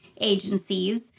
agencies